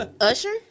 Usher